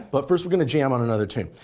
but first we going to jam on another tune.